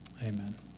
Amen